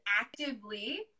actively